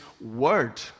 word